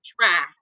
try